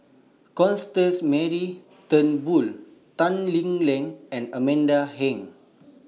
Constance Mary Turnbull Tan Lee Leng and Amanda Heng